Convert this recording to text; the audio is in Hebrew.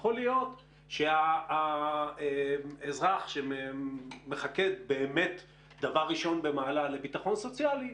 שיכול להיות שהאזרח שמחכה באמת דבר ראשון במעלה לביטחון סוציאלי,